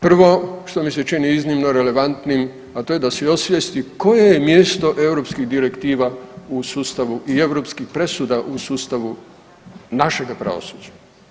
Prvo, što mi se čini iznimno relevantnim, a to je da si osvijesti koje je mjesto europskih direktiva u sustavu i europskih presuda u sustavu našega pravosuđa.